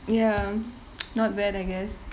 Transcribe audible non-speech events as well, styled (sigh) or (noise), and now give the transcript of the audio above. ya (noise) not bad I guess